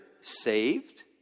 saved